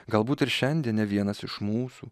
galbūt ir šiandien nevienas iš mūsų